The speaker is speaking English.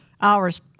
hours